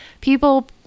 people